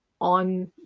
on